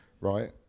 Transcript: Right